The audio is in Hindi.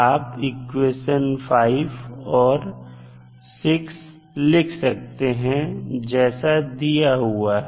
आप इक्वेशन 5 और 6 लिख सकते हैं जैसा दिया हुआ है